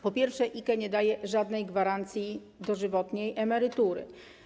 Po pierwsze, IKE nie daje żadnej gwarancji dożywotniej emerytury.